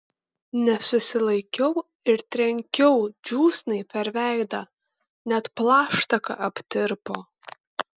nesusilaikiau ir trenkiau džiūsnai per veidą net plaštaka aptirpo